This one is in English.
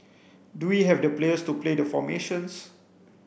do we have the players to play the formations